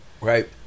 right